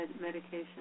medication